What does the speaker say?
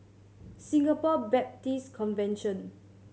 Singapore Baptist Convention